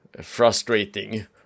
frustrating